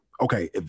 okay